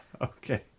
Okay